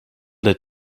led